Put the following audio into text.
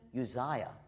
Uzziah